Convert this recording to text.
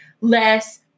less